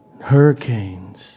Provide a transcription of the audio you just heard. hurricanes